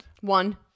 One